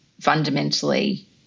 fundamentally